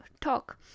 talk